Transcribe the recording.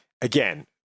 again